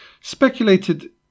speculated